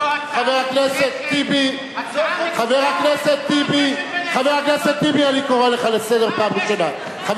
חבר הכנסת טיבי, אני קורא אותך לסדר פעם ראשונה.